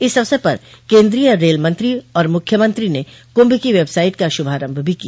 इस अवसर पर केन्द्रीय रेल मंत्री और मुख्यमंत्री ने कुंभ की वेबसाइट का शुभारम्भ भी किया